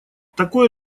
такое